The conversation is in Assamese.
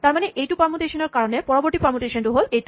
তাৰমানে এইটো পাৰমুটেচনৰ কাৰণে পৰবৰ্তী পাৰমুটেচনটো হ'ল এইটো